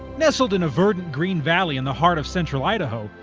nestled in a verdant green valley in the heart of central idaho,